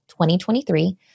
2023